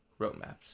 roadmaps